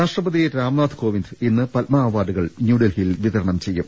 രാഷ്ട്രപതി രാംനാഥ് കോവിന്ദ് ഇന്ന് പത്മ അവാർഡുകൾ ന്യൂഡൽഹിയിൽ വിതരണം ചെയ്യും